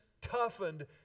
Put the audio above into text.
toughened